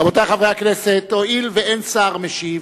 רבותי חברי הכנסת, הואיל ואין שר משיב